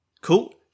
Cool